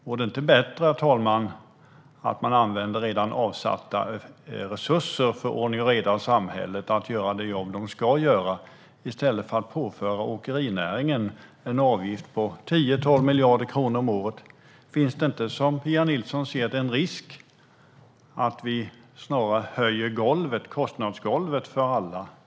Vore det inte bättre att använda redan avsatta resurser för ordning och reda i samhället för det jobb som de ska göra, i stället för att påföra åkerinäringen en avgift på 10-12 miljarder kronor om året? Finns det inte, som Pia Nilsson ser det, en risk för att vi snarare höjer kostnadsgolvet för alla?